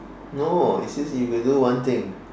no it says if you could do one thing